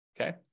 okay